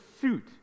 suit